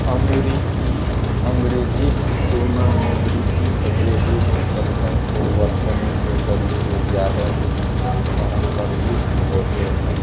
अमरीकी अँग्रेजी की तुलना में ब्रिटिश अँग्रेजी में शब्दों को वर्तनी के तरीके ज़्यादा पारम्परिक होते हैं